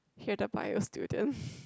you're the bio student